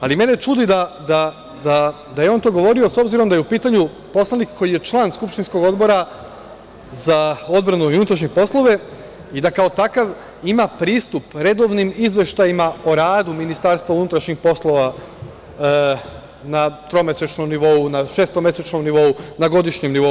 Ali, mene čudi da je on to govorio, s obzirom na to da je u pitanju poslanik koji je član skupštinskog odbora za odbranu i unutrašnje poslove i da, kao takav, ima pristup redovnim izveštajima o radu Ministarstva unutrašnjih poslova na tromesečnom nivou, na šestomesečnom nivou, na godišnjem nivou.